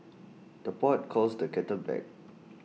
the pot calls the kettle black